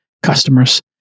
Customers